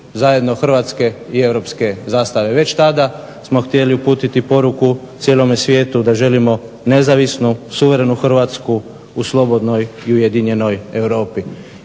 zajedno hrvatske i europske zastave. Već tada smo htjeli uputiti poruku cijelome svijetu da želimo nezavisnu, suverenu Hrvatsku u slobodnoj i ujedinjenoj Europi.